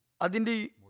adindi